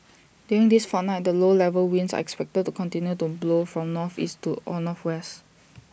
during this fortnight the low level winds are expected to continue to blow from northeast to or northwest